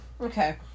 Okay